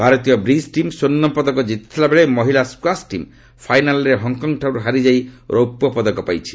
ଭାରତୀୟ bridge team ସ୍ୱର୍ଷପଦକ ଜିତିଥିଲାବେଳେ ମହିଳା ସ୍କାସ୍ ଟିମ୍ ଫାଇନାଲ୍ରେ ହଙ୍ଗ୍କଙ୍ଗ୍ଠାରୁ ହାରିଯାଇ ରୌପ୍ୟପଦକ ପାଇଛି